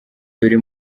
dore